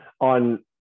on